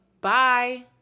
bye